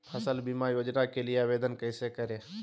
फसल बीमा योजना के लिए आवेदन कैसे करें?